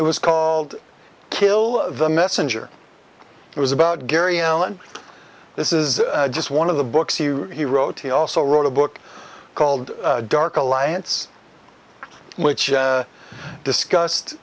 it was called kill the messenger it was about gary allen this is just one of the books you he wrote he also wrote a book called dark alliance which discussed